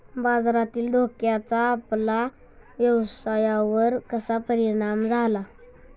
बाजारातील धोक्याचा आपल्या व्यवसायावर कसा परिणाम झाला?